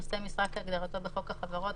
נושא משרה כהגדרתו בחוק החברות,